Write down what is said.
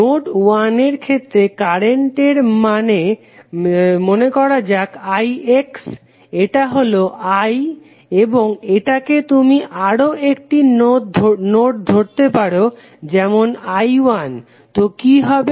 node 1 এর ক্ষেত্রে কারেন্টের মান মনে করা যাক ix এটা হলো I এবং এটাকে তুমি আরও একটি নোড ধরতে পারো যেমন I1 তো কি হবে